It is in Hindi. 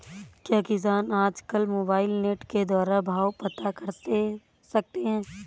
क्या किसान आज कल मोबाइल नेट के द्वारा भाव पता कर सकते हैं?